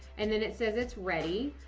and then it says it's, ready.